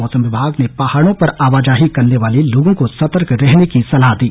मौसम विभाग ने पहाड़ों पर आवाजाही करने वाले लोगों को सतर्क रहने की सलाह दी